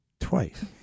twice